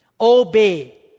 obey